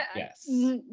yes.